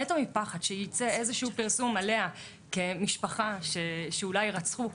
מפחד שייצא איזשהו פרסום עליה כמשפחה שאולי רצחו.